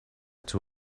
two